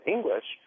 English